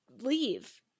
leave